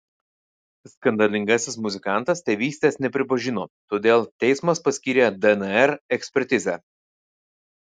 skandalingasis muzikantas tėvystės nepripažino todėl teismas paskyrė dnr ekspertizę